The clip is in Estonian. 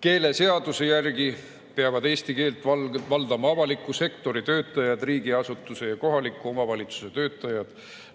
Keeleseaduse järgi peavad eesti keelt valdama avaliku sektori töötajad, riigiasutuse ja kohaliku omavalitsuse [asutuse]